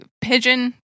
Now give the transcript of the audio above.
Pigeon